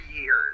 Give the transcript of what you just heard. years